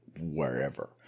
wherever